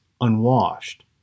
unwashed